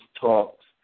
talks